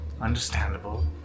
Understandable